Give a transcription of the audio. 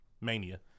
Mania